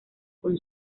con